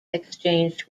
exchanged